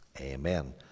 Amen